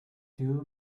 two